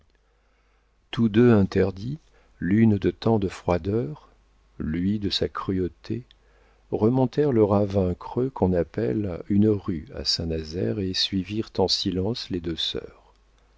tous deux interdits l'une de tant de froideur lui de sa cruauté remontèrent le ravin creux qu'on appelle une rue à saint-nazaire et suivirent en silence les deux sœurs